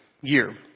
year